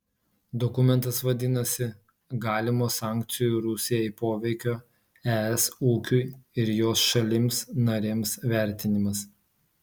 dokumentas vadinasi galimo sankcijų rusijai poveikio es ūkiui ir jos šalims narėms vertinimas